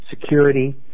security